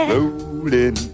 Rolling